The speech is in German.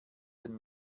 den